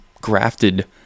grafted